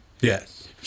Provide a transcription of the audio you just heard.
Yes